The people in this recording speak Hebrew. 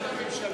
בשם הממשלה.